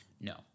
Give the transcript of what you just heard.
No